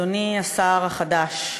אדוני השר החדש,